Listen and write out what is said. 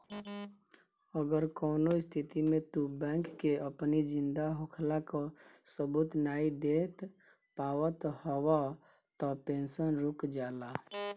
अगर कवनो स्थिति में तू बैंक के अपनी जिंदा होखला कअ सबूत नाइ दे पावत हवअ तअ पेंशन रुक जाला